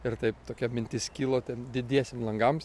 ir taip tokia mintis kilo ten didiesiem langams